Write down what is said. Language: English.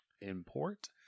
import